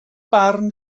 barn